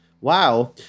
Wow